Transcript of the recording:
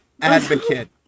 advocate